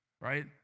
Right